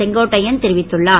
செங்கோட்டையன் தெரிவித்துள்ளார்